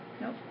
Nope